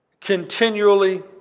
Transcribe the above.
continually